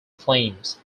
flames